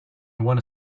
want